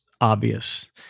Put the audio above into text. obvious